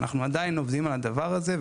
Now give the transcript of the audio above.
אנחנו עדיין עובדים על הדבר הזה,